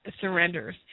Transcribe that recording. surrenders